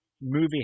movie